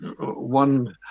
one